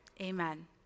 amen